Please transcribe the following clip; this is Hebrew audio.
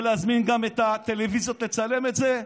ולהזמין גם את הטלוויזיות לצלם את זה.